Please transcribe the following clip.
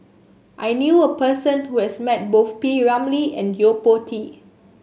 I knew a person who has met both P Ramlee and Yo Po Tee